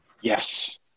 Yes